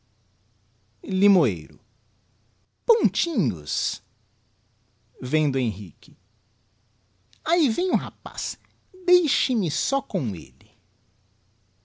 limoeiro pontinhos vendo henrique ahi vem o rapaz deixe-me só com